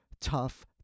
tough